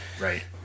Right